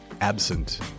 absent